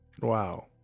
wow